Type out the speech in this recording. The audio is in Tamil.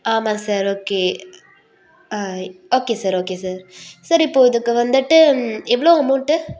ஆமாம் sir okay okay sir okay sir sir இப்போது இதுக்கு வந்துட்டு எவ்வளோ அமௌண்ட்டு